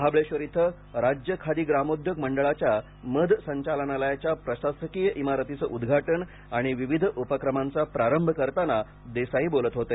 महाबळेश्वर इथं राज्य खादी ग्रामोद्योग मंडळाच्या मध संचालनालयाच्या प्रशासकीय इमारतीचे उद्घाटन आणि विविध उपक्रमांचा प्रारंभ करताना देसाई बोलत होते